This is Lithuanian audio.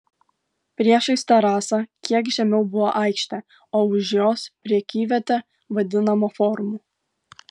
priešais terasą kiek žemiau buvo aikštė o už jos prekyvietė vadinama forumu